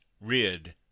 rid